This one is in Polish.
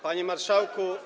Panie Marszałku!